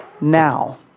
now